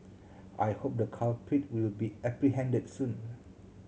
I hope the culprit will be apprehended soon